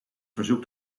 verzoek